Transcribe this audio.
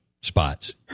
spots